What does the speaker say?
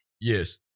Yes